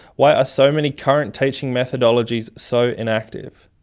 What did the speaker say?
why are so many current teaching methodologies so inactive?